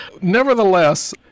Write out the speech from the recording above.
nevertheless